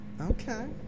Okay